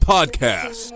Podcast